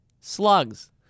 Slugs